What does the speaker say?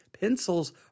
Pencils